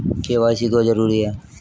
KYC क्यों जरूरी है?